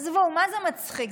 עזבו, מה זה מצחיק?